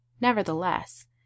Nevertheless